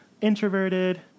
introverted